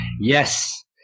Yes